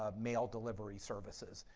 ah mail delivery services.